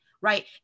right